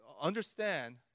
understand